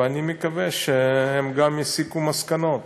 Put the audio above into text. ואני מקווה שהם גם יסיקו מסקנות.